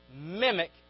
mimic